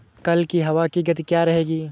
कल की हवा की गति क्या रहेगी?